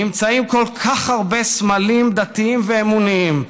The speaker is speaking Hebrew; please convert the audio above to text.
נמצאים כל כך הרבה סמלים דתיים ואמוניים,